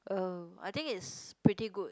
uh I think it's pretty good